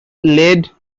led